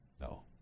No